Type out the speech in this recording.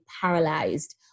paralyzed